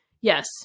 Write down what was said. yes